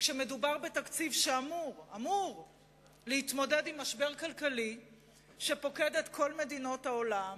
כשמדובר בתקציב שאמור להתמודד עם משבר כלכלי שפוקד את כל מדינות העולם,